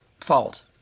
fault